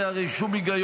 הרי אין בזה שום היגיון,